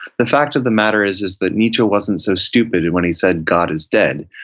the fact of the matter is is that nietzsche wasn't so stupid when he said god is dead.